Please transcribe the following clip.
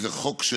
זה חוק שהוא